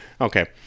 Okay